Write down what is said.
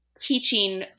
teaching